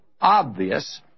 obvious